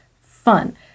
fun